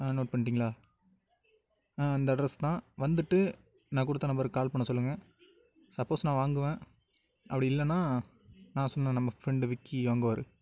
ஆ note பண்ணிட்டிங்களா ஆ இந்த அட்ரஸ் தான் வந்துட்டு நான் கொடுத்த நம்பருக்கு கால் பண்ண சொல்லுங்கள் சப்போஸ் நான் வாங்குவேன் அப்படி இல்லைன்னா நான் சொன்ன நம்ம ஃப்ரெண்டு விக்கி வாங்குவாரு